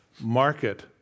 market